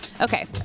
Okay